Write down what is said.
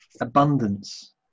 abundance